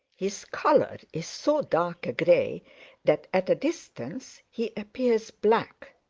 his color is so dark a gray that at a distance he appears black.